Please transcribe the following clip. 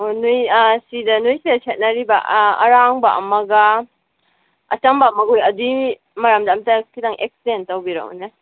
ꯑꯣ ꯅꯣꯏ ꯁꯤꯗ ꯅꯣꯏ ꯁꯤꯗ ꯁꯦꯠꯅꯔꯤꯕ ꯑꯔꯥꯡꯕ ꯑꯃꯒ ꯑꯆꯝꯕ ꯑꯃꯒ ꯑꯗꯨꯏ ꯃꯔꯝꯗꯨ ꯑꯝꯇ ꯈꯤꯇꯪ ꯑꯦꯛꯁꯄ꯭ꯂꯦꯟ ꯇꯧꯕꯤꯔꯛꯑꯣꯅꯦ